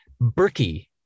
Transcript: Berkey